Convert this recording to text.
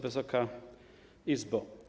Wysoka Izbo!